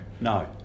No